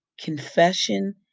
confession